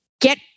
get